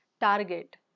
target